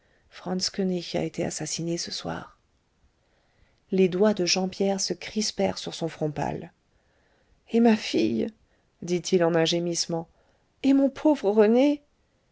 franz koënig a été assassiné ce soir les doigts de jean pierre se crispèrent sur son front pâle et ma fille dit-il en un gémissement et mon pauvre rené